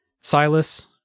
Silas